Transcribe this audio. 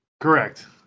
Correct